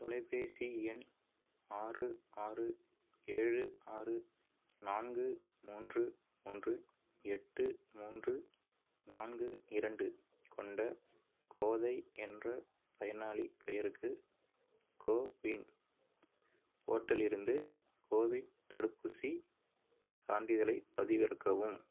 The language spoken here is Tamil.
தொலைப்பேசி எண் ஆறு ஆறு ஏழு ஆறு நான்கு மூன்று மூன்று எட்டு மூன்று நான்கு இரண்டு கொண்ட கோதை என்ற பயனாளிப் பெயருக்கு கோவின் போர்ட்டலிருந்து கோவிட் தடுப்பூசிச் சான்றிதழைப் பதிவிறக்கவும்